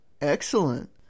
Excellent